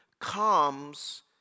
comes